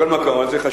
על כל מקום, זה חשוב,